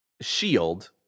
shield